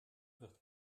wird